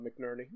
McNerney